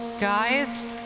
Guys